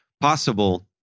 possible